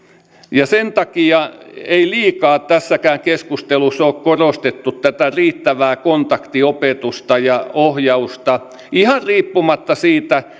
ja sen takia ei liikaa tässäkään keskustelussa ole korostettu tätä riittävää kontaktiopetusta ja ohjausta ihan riippumatta siitä